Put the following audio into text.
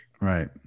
right